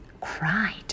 cried